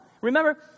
Remember